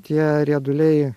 tie rieduliai